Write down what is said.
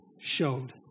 showed